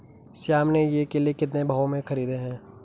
श्याम ने ये केले कितने भाव में खरीदे हैं?